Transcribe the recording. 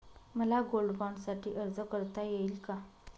मला गोल्ड बाँडसाठी अर्ज करता येईल का?